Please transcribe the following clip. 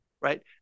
Right